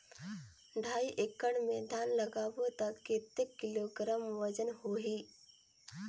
ढाई एकड़ मे धान लगाबो त कतेक किलोग्राम वजन होही?